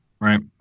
right